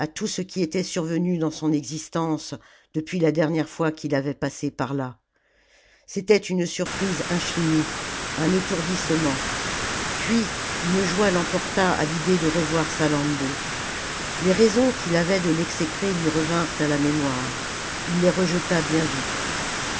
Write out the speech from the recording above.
tout ce qui était survenu dans son existence depuis la dernière fois qu'il avait passé par là c'était une surprise infinie un étourdissement puis une joie l'emporta à l'idée de revoir salammbô les raisons qu'il avait de l'exécrer lui revinrent à la mémoire il les rejeta bien vite